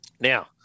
Now